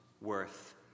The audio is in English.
worth